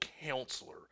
counselor